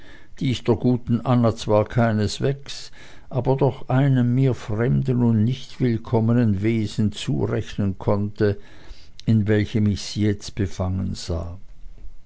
die ich der guten anna zwar keineswegs aber doch einem mir fremden und nicht willkommenen wesen zurechnen konnte in welchem ich sie jetzt befangen sah